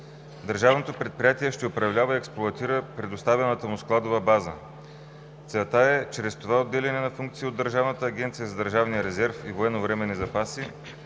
Държавното предприятие ще управлява и експлоатира предоставената му складова база. Целта е чрез това отделяне на функции от Държавната агенция за държавния резерв и военновременни запаси